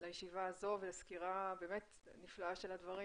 לישיבה הזו ולסקירה הבאמת נפלאה של הדברים.